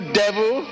devil